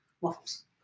Waffles